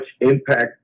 impact